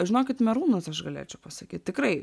žinokit merūnas aš galėčiau pasakyt tikrai